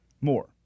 More